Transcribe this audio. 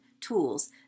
tools